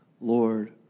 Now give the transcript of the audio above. Lord